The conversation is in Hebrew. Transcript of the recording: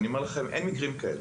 ואני אומר לכם: אין מקרים כאלה,